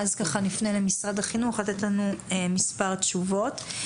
ואז נפנה למשרד החינוך לתת לנו מספר תשובות.